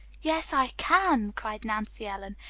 yes, i can, cried nancy ellen,